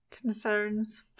concerns